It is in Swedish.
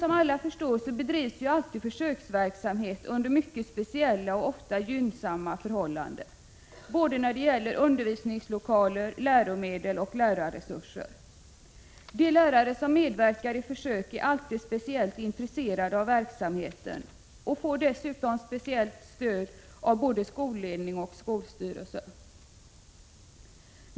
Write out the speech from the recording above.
Som alla förstår bedrivs försöksverksamheter under mycket speciella och ofta mycket gynnsamma förhållanden när det gäller undervisningslokaler, läromedel och lärarresurser. De lärare som medverkar i försök är speciellt intresserade av verksamheten och får dessutom speciellt stöd av både skolledning och skolstyrelse.